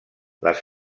les